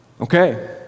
Okay